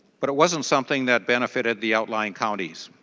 but it wasn't something that benefited the outline counties.